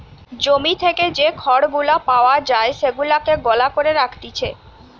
জমি থেকে যে খড় গুলা পাওয়া যায় সেগুলাকে গলা করে রাখতিছে